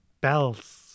Bells